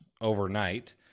overnight